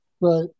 Right